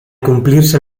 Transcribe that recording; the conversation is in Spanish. cumplirse